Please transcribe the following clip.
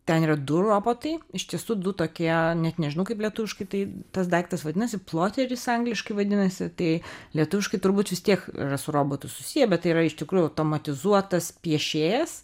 ten yra du robotai iš tiesų du tokie net nežinau kaip lietuviškai tai tas daiktas vadinasi ploteris angliškai vadinasi tai lietuviškai turbūt vis tiek yra su robotu susiję bet tai yra iš tikrųjų automatizuotas piešėjas